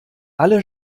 alle